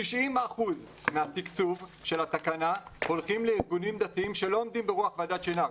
90% מהתקצוב של התקנה הולכים לארגונים דתיים שלא עומדים ברוח ועדת שנהר.